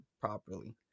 properly